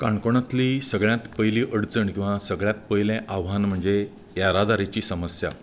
काणकोणातली सगळ्यांत पयली अडचण किंवा सगळ्यांत पयलें आव्हान म्हणजे येरादारीची समस्या